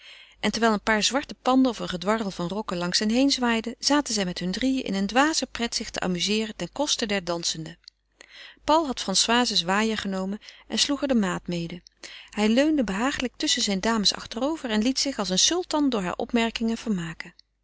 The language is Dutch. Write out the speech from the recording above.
en terwijl een paar zwarte panden of een gedwarrel van rokken langs hem heen zwaaiden zaten zij met hun drieën in een dwaze pret zich te amuzeeren ten koste der dansenden paul had françoise's waaier genomen en sloeg er de maat mede hij leunde behaaglijk tusschen zijne dames achterover en liet zich als een sultan door hare opmerkingen vermaken